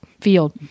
field